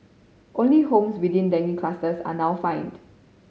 only homes within dengue clusters are now fined